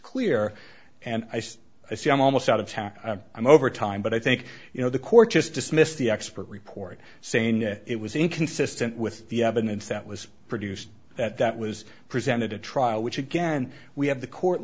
clear and i see i see i'm almost out of town i'm over time but i think you know the court just dismissed the expert report saying it was inconsistent with the evidence that was produced that that was presented at trial which again we have the court